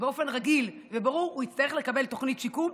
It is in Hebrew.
באופן רגיל וברור הוא יצטרך לקבל תוכנית שיקום,